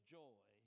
joy